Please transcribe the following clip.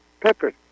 pepper